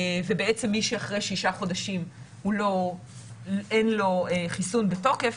ובעצם מי שאחרי שישה חודשים אין לו חיסון בתוקף